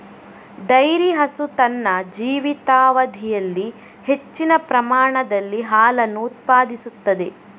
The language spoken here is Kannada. ಡೈರಿ ಹಸು ತನ್ನ ಜೀವಿತಾವಧಿಯಲ್ಲಿ ಹೆಚ್ಚಿನ ಪ್ರಮಾಣದಲ್ಲಿ ಹಾಲನ್ನು ಉತ್ಪಾದಿಸುತ್ತದೆ